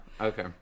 Okay